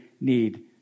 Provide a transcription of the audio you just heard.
need